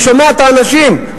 אני שומע את האנשים,